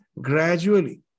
gradually